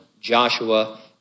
Joshua